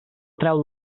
treu